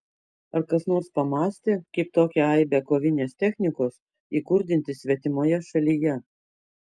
ar kas nors pamąstė kaip tokią aibę kovinės technikos įkurdinti svetimoje šalyje